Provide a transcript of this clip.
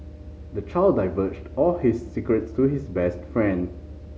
the child divulged all his secrets to his best friend